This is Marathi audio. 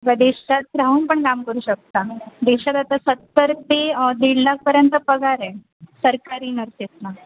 व देशात राहून पण काम करू शकता देशात आता सत्तर ते दीड लाखापर्यंत पगार आहे सरकारी नर्सेसना